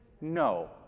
No